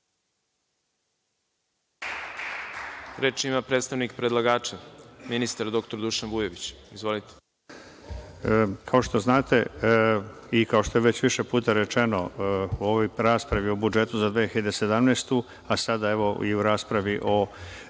Reč ima predstavnik predlagača, ministar dr Dušan Vujović. **Dušan Vujović** Kao što znate i kao što je već više puta rečeno u ovoj raspravi o budžetu za 2017, a sada, evo, i u raspravi o